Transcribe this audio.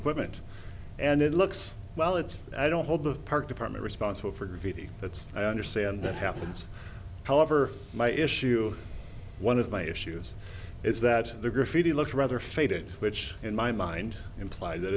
equipment and it looks well it's i don't hold the park department responsible for graffiti that's i understand that happens however my issue one of my issues it's that the graffiti looked rather faded which in my mind imply that